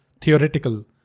theoretical